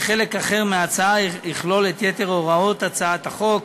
וההצעה האחרת תכלול את יתר הוראות הצעת החוק.